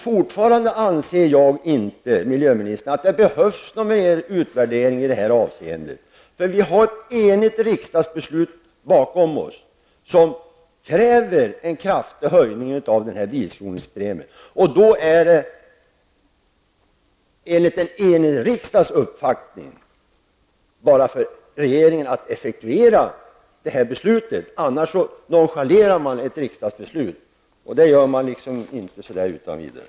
Fortfarande anser jag, miljöministern, att det inte behövs någon ytterligare utvärdering i detta avseende. Det finns ju ett enigt riksdagsbeslut i frågan. Detta beslut innebär krav på en kraftig höjning av bilskrotningspremien. Eftersom en enig riksdag har beslutat om detta är det bara för regeringen att effektuera det här beslutet. Om man inte gör det, innebär det att man nonchalerar ett riksdagsbeslut, och det gör man inte utan vidare.